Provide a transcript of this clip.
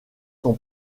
son